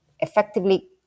effectively